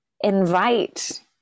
invite